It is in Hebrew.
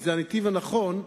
כי זה הנתיב הנכון,